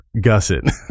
gusset